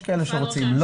יש כאלה שרוצים.